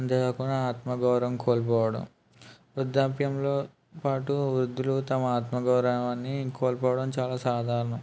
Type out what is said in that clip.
అంతేగాక ఆత్మగౌరవం కోల్పోవడం వృద్ధాప్యంలోపాటు వృద్దులు తమ ఆత్మగౌరవాన్ని కోల్పోవడం చాలా సాధారణం